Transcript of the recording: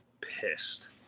pissed